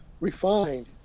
refined